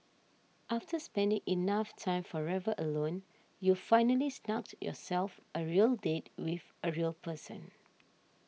after spending enough time forever alone you've finally snugged yourself a real date with a real person